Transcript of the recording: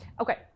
Okay